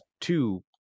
two